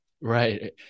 Right